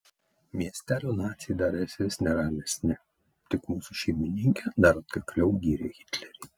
miestelio naciai darėsi vis neramesni tik mūsų šeimininkė dar atkakliau gyrė hitlerį